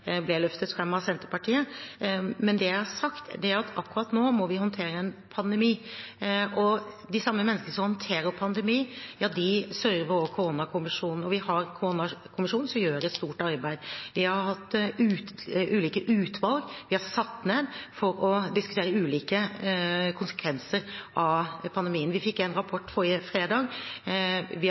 ble løftet fram av Senterpartiet. Det jeg har sagt, er at vi akkurat nå må håndtere en pandemi, og de samme menneskene som håndterer pandemien, server også koronakommisjonen, og vi har koronakommisjonen, som gjør et stort arbeid. Vi har hatt ulike utvalg. De er satt ned for å diskutere ulike konsekvenser av pandemien. Vi fikk en rapport forrige fredag, vi